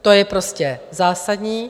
To je prostě zásadní.